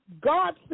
God